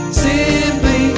simply